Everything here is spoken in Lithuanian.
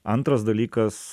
antras dalykas